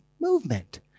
movement